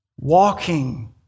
walking